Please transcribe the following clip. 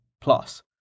plus